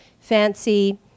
fancy